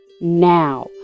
now